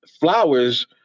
flowers